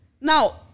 Now